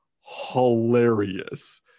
hilarious